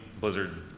Blizzard